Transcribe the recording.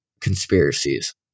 conspiracies